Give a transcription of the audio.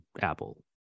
apple